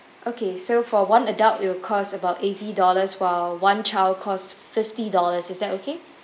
okay so for one adult it will cost about eighty dollars while one child costs fifty dollars is that okay